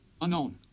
Unknown